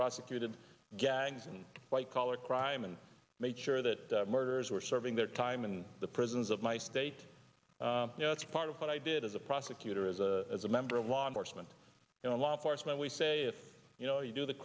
prosecuted gangs in white collar crime and made sure that murders were serving their time in the prisons of my state you know it's part of what i did as a prosecutor as a as a member of law enforcement you know law enforcement we say if you know you do the